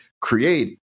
create